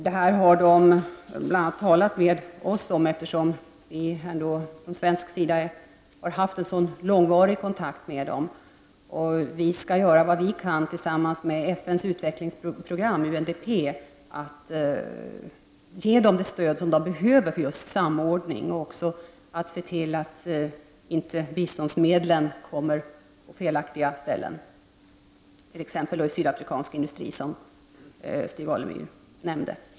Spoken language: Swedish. Detta har man bl.a. talat med svenska representanter om, eftersom vi från svensk sida har haft en sådan långvarig kontakt med dessa människor. Vi skall göra vad vi kan tillsammans med FN:s utvecklingsprogram UNDP för att ge namibierna det stöd de behöver för samordning och för att se till att inte biståndsmedlen kommer till fel ställen, t.ex. till sydafrikansk industri, vilket Stig Alemyr här nämnde.